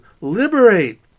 liberate